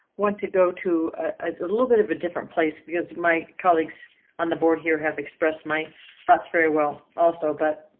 want to go to a little bit of a different place because my colleagues on the board here have expressed my thoughts very well also, but